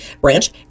Branch